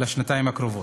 לשנתיים הקרובות.